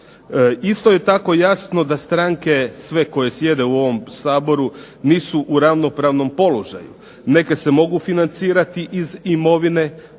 Isto je tako jasno da stranke sve koje sjede u ovom Saboru nisu u ravnopravnom položaju. Neke se mogu financirati iz imovine,